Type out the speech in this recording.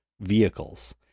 vehicles